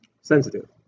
Sensitive